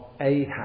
Ahab